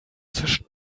zwischen